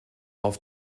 auf